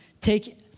take